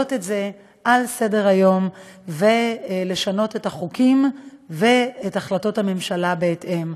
להעלות את זה על סדר-היום ולשנות את החוקים ואת החלטות הממשלה בהתאם,